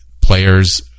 players